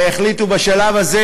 והחליטו בשלב הזה